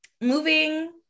moving